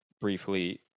briefly